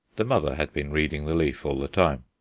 the mother had been reading the leaf all the time.